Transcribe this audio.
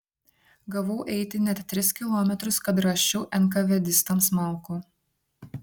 gavau eiti net tris kilometrus kad rasčiau enkavedistams malkų